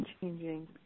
changing